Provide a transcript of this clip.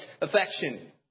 affection